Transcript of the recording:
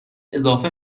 اضافه